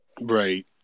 Right